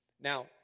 Now